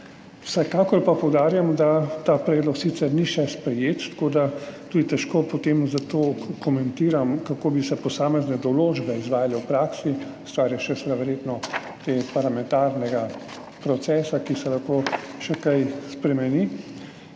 Vsekakor pa poudarjam, da ta predlog sicer še ni sprejet, tako da tudi težko potem komentiram, kako bi se posamezne določbe izvajale v praksi. Verjetno je še stvar parlamentarnega procesa, ki se lahko še kaj spremeni.